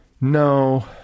No